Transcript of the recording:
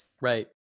Right